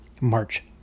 March